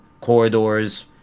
corridors